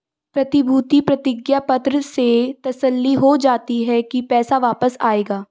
प्रतिभूति प्रतिज्ञा पत्र से तसल्ली हो जाती है की पैसा वापस आएगा